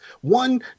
one